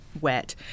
wet